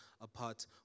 apart